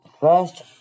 First